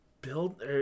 build